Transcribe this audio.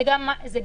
זה גם משהו